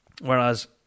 Whereas